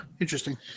Interesting